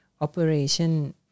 operation